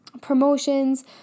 promotions